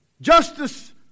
Justice